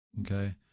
Okay